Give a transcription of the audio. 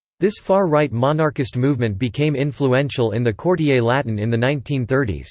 this far-right monarchist movement became influential in the quartier latin in the nineteen thirty s.